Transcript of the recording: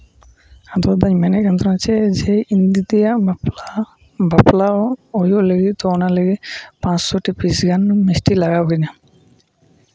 ᱟᱫᱚ ᱫᱟᱧ ᱢᱮᱱᱮᱫ ᱠᱟᱱ ᱛᱟᱦᱮᱱᱟ ᱡᱮ ᱤᱧ ᱫᱤᱫᱤᱭᱟᱜ ᱵᱟᱯᱞᱟ ᱵᱟᱯᱞᱟ ᱦᱩᱭᱩᱜ ᱞᱟᱹᱜᱤᱫ ᱛᱚ ᱚᱱᱟ ᱞᱟᱹᱜᱤᱫ ᱯᱟᱪᱥᱥᱳ ᱴᱤ ᱯᱤᱥ ᱜᱟᱱ ᱢᱤᱥᱴᱤ ᱞᱟᱜᱟᱣ ᱵᱮᱱᱟ